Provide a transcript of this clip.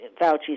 Fauci